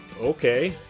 okay